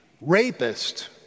rapist